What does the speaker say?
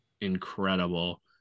incredible